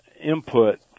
input